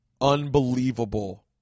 unbelievable